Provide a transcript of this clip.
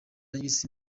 y’isi